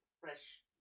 fresh